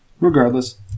Regardless